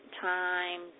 time